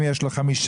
אם יש לו חמישה,